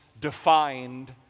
defined